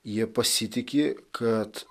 jie pasitiki kad